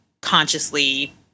consciously